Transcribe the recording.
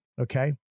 Okay